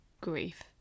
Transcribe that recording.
grief